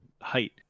height